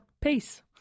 Peace